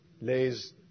lays